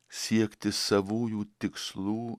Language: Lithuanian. siekti savųjų tikslų